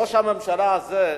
ראש הממשלה הזה,